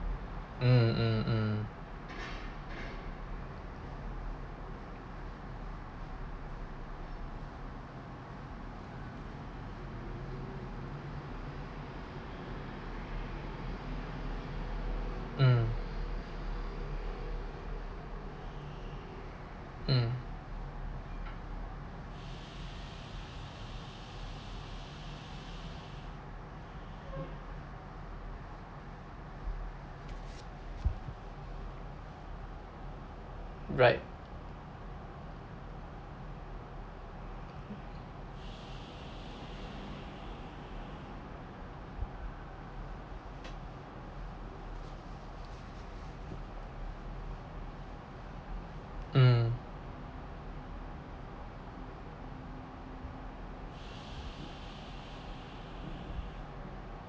mm mm mm mm mm right mm